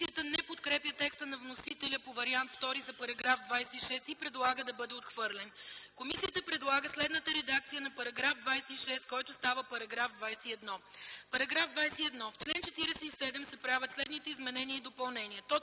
Комисията не подкрепя текста на вносителя за § 26, вариант ІІ и предлага да бъде отхвърлен. Комисията предлага следната редакция на § 26, който става § 21: „§ 21. В чл. 47 се правят следните изменения и допълнения: